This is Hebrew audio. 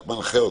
אתכם,